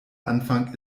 anfang